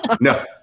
no